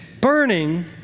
burning